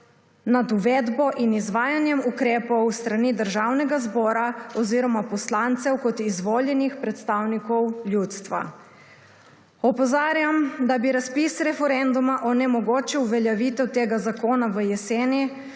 nad uvedbo in izvajanjem ukrepov s strani Državnega zbora oziroma poslancev kot izvoljenih predstavnikov ljudstva. Opozarjam, da bi razpis referenduma onemogočil uveljavitev tega zakona v jeseni,